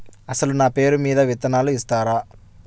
అసలు నా పేరు మీద విత్తనాలు ఇస్తారా?